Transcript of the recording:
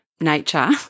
nature